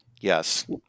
Yes